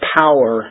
power